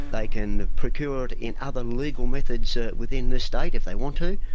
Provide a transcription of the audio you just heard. they can procure it in other legal methods within this state if they want to.